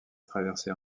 traverser